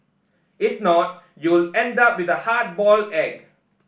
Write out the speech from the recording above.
if not you'll end up with a hard boiled egg